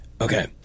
okay